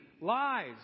lies